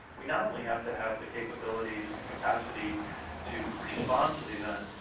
we not only have to have the capabilities and capacity to respond to the event,